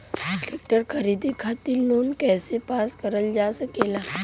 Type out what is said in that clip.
Tractor खरीदे खातीर loan कइसे पास करल जा सकेला?